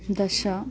दश